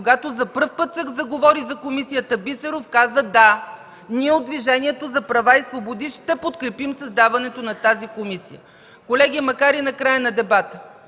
когато за първи път се заговори за комисията Бисеров, каза: „Да, ние от Движението за права и свободи ще подкрепим създаването на тази комисия”. Колеги, макар и накрая на дебата,